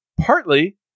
partly